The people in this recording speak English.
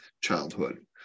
childhood